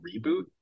reboot